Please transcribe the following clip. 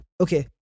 okay